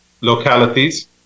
localities